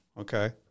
Okay